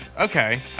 Okay